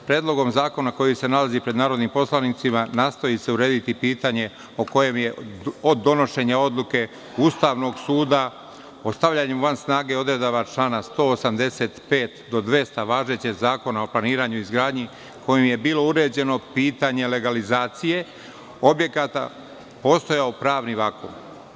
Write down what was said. Predlogom zakona koji se nalazi pred narodnim poslanicima nastoji se urediti pitanje o kojem je od donošenja odluke Ustavnog suda o stavljanju van snage odredbi člana od 185. do 200. važećeg Zakona o planiranju i izgradnji kojim je bilo uređeno pitanje legalizacije objekata postajao pravni vakum.